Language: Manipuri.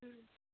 ꯎꯝ